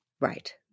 Right